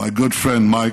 my good friend Mike,